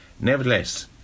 Nevertheless